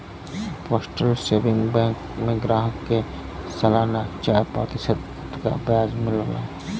postal saving bank में ग्राहकन के सलाना चार प्रतिशत क ब्याज मिलला